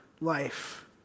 life